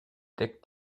deckt